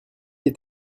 est